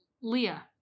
Leah